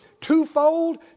Twofold